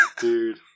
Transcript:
Dude